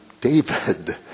David